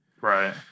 Right